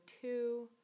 two